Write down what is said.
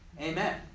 Amen